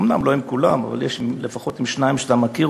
אומנם לא עם כולם אבל לפחות עם שניים שאתה מכיר,